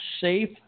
safe